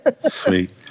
sweet